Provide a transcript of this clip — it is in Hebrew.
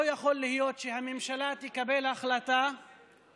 לא יכול להיות שהממשלה תקבל החלטה